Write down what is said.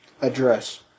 address